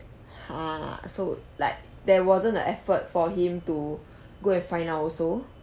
!huh! so like there wasn't a effort for him to go and find out also